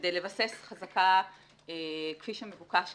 כדי לבסס חזקה כפי שמבוקש כאן,